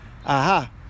Aha